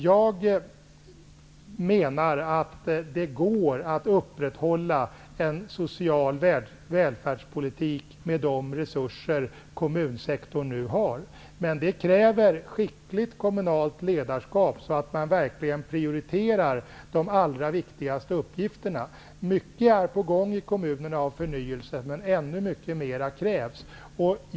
Jag menar att det går att upprätthålla en social välfärdspolitik med de resurser som kommunsektorn nu har. Men det kräver skickligt kommunalt ledarskap så att man verkligen prioriterar de allra viktigaste uppgifterna. Mycket av förnyelse är på gång i kommunerna, men ännu mycket mer krävs.